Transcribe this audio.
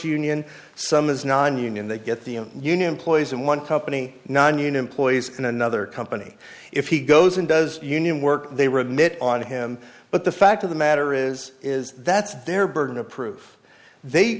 union some is nonunion they get the union employees in one company nonunion employees in another company if he goes and does union work they remit on him but the fact of the matter is is that's their burden of proof they